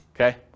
Okay